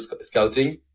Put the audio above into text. scouting